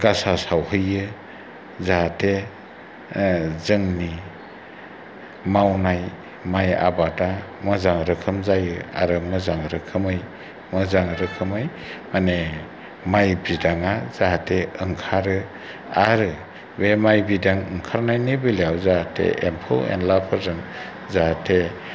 गासा सावहैयो जाहाथे जोंनि मावनाय माइ आबादा मोजां रोखोम जायो आरो मोजां रोखोमै मोजां रोखोमै माने माइ बिदाङा जाहाथे ओंखारो आरो बे माइ बिदां ओंखारनायनि बेलायाव जाहाथे एम्फौ एन्लाफोरजों जाहाथे